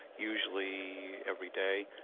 usually every day.